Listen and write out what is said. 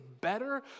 better